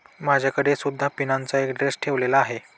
माझ्याकडे सुद्धा पिनाचा एक ड्रेस ठेवलेला आहे